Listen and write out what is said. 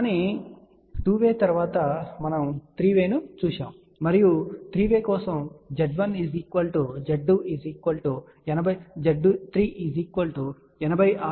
కానీ 2 వే తరువాత మనము 3 వే ను చూశాము మరియు మనము 3 వే కోసం Z1 Z2 Z3 86